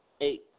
eight